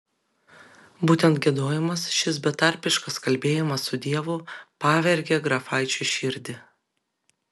būtent giedojimas šis betarpiškas kalbėjimas su dievu pavergė grafaičio širdį